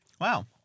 Wow